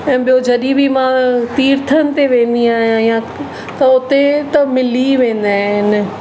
ऐं ॿियो जॾहिं बि मां तीर्थनि ते वेंदी आहियां या त हुते त मिली वेंदा आहिनि